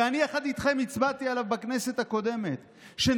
שאני הצבעתי עליו בכנסת הקודמת יחד איתכם,